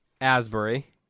Asbury